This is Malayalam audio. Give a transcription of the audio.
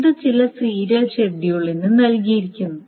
ഇത് ചില സീരിയൽ ഷെഡ്യൂളിന് നൽകിയിരിക്കുന്നു